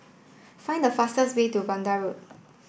find the fastest way to Vanda Road